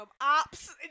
ops